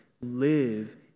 live